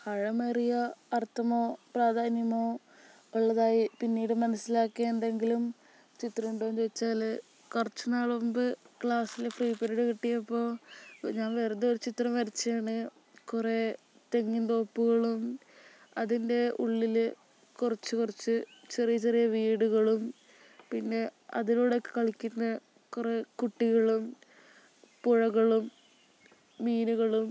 ആഴമേറിയ അർത്ഥമോ പ്രാധാന്യമോ ഉള്ളതായി പിന്നീട് മനസ്സിലാക്കിയ എന്തെങ്കിലും ചിത്രം ഉണ്ടോ എന്ന് ചോദിച്ചാൽ കുറച്ച് നാള് മുമ്പ് ക്ലാസ്സില് ഫ്രീ പിരീഡ് കിട്ടിയപ്പോൾ ഞാൻ വെറുതെ ഒരു ചിത്രം വരച്ചതാണ് കുറേ തെങ്ങിന് തോപ്പുകളും അതിൻ്റെ ഉള്ളില് കുറച്ച് കുറച്ച് ചെറിയ ചെറിയ വീടുകളും പിന്നെ അതിലൂടെ ഒക്കെ കളിക്കുന്ന കുറേ കുട്ടികളും പുഴകളും മീനുകളും